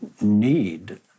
need